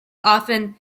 often